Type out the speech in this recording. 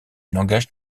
langage